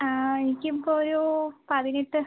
ആ എനിക്ക് ഇപ്പോൾ ഒരു പതിനെട്ട്